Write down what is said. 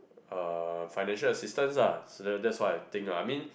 uh financial assistance ah so that's what I think ah I mean